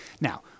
Now